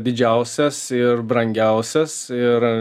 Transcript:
didžiausias ir brangiausias ir